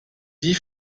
dit